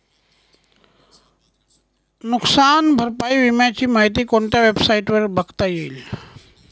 नुकसान भरपाई विम्याची माहिती कोणत्या वेबसाईटवर बघता येईल?